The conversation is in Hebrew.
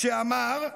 כשאמר: